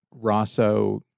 Rosso